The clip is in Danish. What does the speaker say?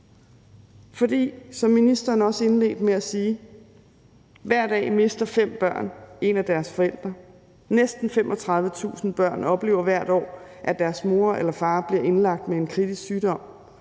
som ministeren også indledte med at sige, er der hver dag fem børn, som mister en af deres forældre, næsten 35.000 børn oplever hvert år, at deres mor eller far bliver indlagt med en kritisk sygdom,